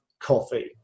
coffee